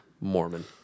Mormon